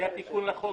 היה דבר כזה?